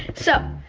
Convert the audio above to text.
so,